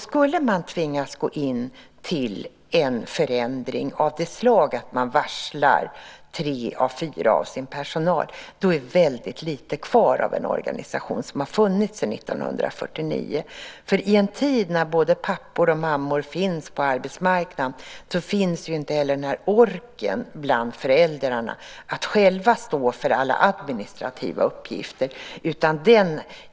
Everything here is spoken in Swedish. Skulle man tvingas till en förändring och behöva varsla tre av fyra i personalen, finns väldigt lite kvar av en organisation som har funnits sedan 1949. I en tid när både pappor och mammor är ute på arbetsmarknaden finns ju inte orken hos föräldrarna att själva stå för alla administrativa uppgifter.